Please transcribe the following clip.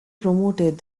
promoted